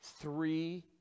three